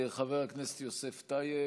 חבר הכנסת יוסף טייב,